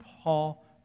Paul